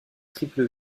triple